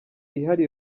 ihari